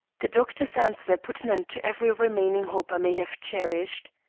the doctor's answer put an end to every remaining hope i may have cherished.